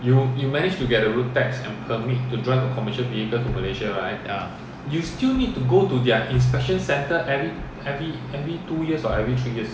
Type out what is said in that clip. ya